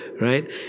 right